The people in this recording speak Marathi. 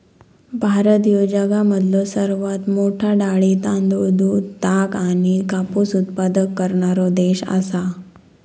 भारत ह्यो जगामधलो सर्वात मोठा डाळी, तांदूळ, दूध, ताग आणि कापूस उत्पादक करणारो देश आसा